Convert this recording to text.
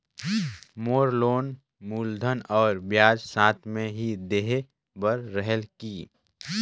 मोर loan मूलधन और ब्याज साथ मे ही देहे बार रेहेल की?